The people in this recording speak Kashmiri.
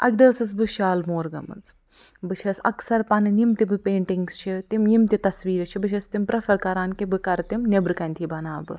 اَکہِ دۄہ ٲسٕس بہٕ شالمور گٲمٕژ بہٕ چھَس اَکثَر پَنٕنۍ یِم تہِ بہٕ پٮ۪نٹِنٛگٕس چھِ تِم یِم تہِ تصویٖر چھِ بہٕ چھَس تِم پریفَر کَران کہِ بہٕ کَرٕ تِم نٮ۪برٕ کَنتھٕے بناونہٕ بہٕ